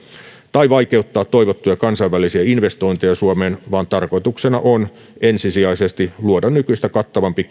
tai vaikeuttaa toivottuja kansainvälisiä investointeja suomeen vaan tarkoituksena on ensisijaisesti luoda nykyistä kattavampi